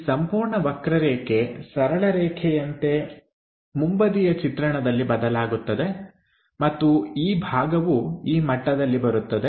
ಈ ಸಂಪೂರ್ಣ ವಕ್ರರೇಖೆ ಸರಳ ರೇಖೆಯಂತೆ ಮುಂಬದಿಯ ಚಿತ್ರಣದಲ್ಲಿ ಬದಲಾಗುತ್ತದೆ ಮತ್ತು ಈ ಭಾಗವು ಈ ಮಟ್ಟದಲ್ಲಿ ಬರುತ್ತದೆ